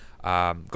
Go